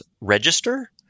register